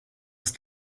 ist